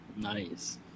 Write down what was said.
Nice